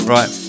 Right